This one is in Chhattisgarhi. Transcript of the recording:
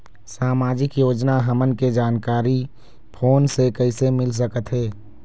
सामाजिक योजना हमन के जानकारी फोन से कइसे मिल सकत हे?